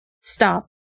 Stop